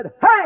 Hey